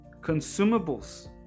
consumables